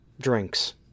drinks